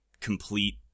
complete